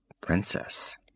Princess